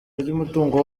ry’umutungo